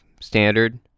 standard